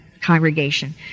congregation